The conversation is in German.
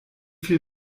viel